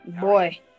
Boy